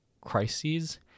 crises